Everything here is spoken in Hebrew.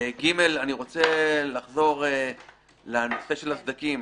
גימ"ל, אני רוצה לחזור לנושא הסדקים.